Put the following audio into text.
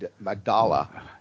Magdala